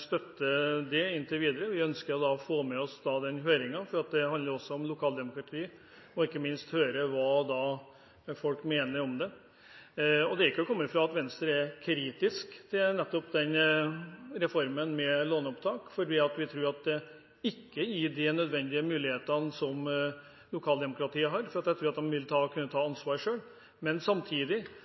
støtter det inntil videre. Vi ønsker å vente til høringsrunden er avsluttet, for det handler også om lokaldemokratiet, og da få høre hva folk mener om det. Det er ikke til å komme ifra at Venstre er kritisk til nettopp reformen om låneopptak, fordi vi mener at den ikke gir de nødvendige mulighetene som lokaldemokratiet har. Jeg tror de vil kunne ta ansvar selv. Samtidig oppfatter jeg ikke dette slik som representanten Lauvås, nemlig at